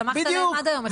סמכת עליהם עד היום,